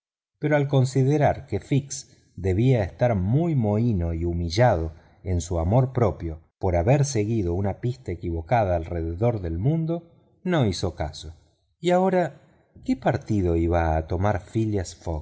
pero al considerar que fix debía estar muy mohíno y humillado en su amor propio por haber seguido una pista equivocada alrededor del mundo no hizo caso y ahora qué partido iba a tomar phileas